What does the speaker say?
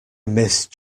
missed